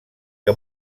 que